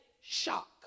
shock